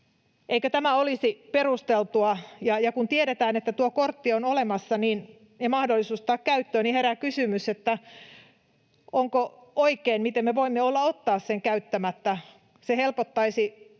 Eikö tämä olisi perusteltua? Ja kun tiedetään, että tuo kortti on olemassa ja mahdollisuus ottaa käyttöön, niin herää kysymys, miten me voimme olla ottamatta sen käyttöön. Se helpottaisi ihmisiä